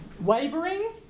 wavering